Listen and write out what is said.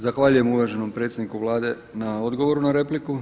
Zahvaljujem uvaženom predsjedniku Vlade na odgovoru na repliku.